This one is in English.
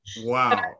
wow